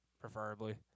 preferably